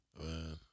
Man